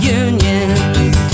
unions